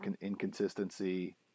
inconsistency